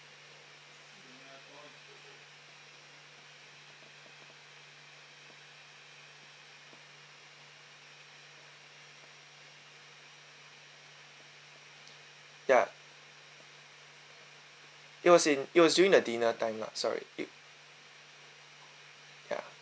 ya it was in it was during the dinner time lah sorry ya